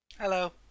Hello